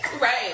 Right